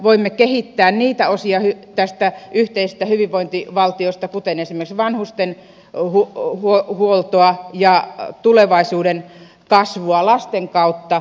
voimme kehittää niitä osia tästä yhteisestä hyvinvointivaltiosta kuten esimerkiksi vanhustenhuoltoa ja tulevaisuuden kasvua lasten kautta